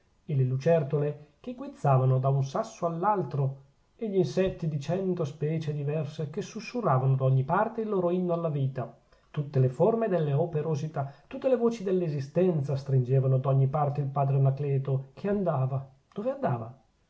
e le lucertole che guizzavano da un sasso all'altro e gl'insetti di cento specie diverse che susurravano d'ogni parte il loro inno alla vita tutte le forme delle operosità tutte le voci dell'esistenza stringevano d'ogni parte il padre anacleto che andava dove andava